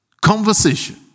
conversation